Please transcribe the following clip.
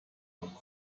doch